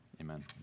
Amen